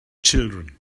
children